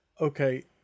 okay